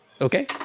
Okay